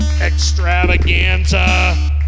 extravaganza